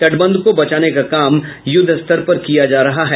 तटबंध को बचाने का काम युद्ध स्तर पर किया जा रहा है